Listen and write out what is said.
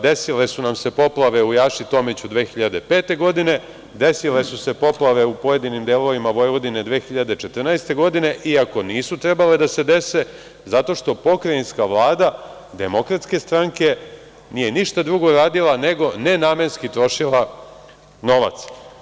Desile su nam se poplave u Jaši Tomiću 2005. godine, desile su se poplave u pojedinim delovima Vojvodine 2014. godine i ako nisu trebale da se dese, zato što pokrajinska Vlada Demokratske stranke nije ništa drugo radila nego nenamenski trošila novac.